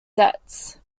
debts